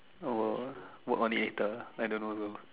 oh will work on it later I don't know though